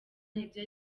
nibyo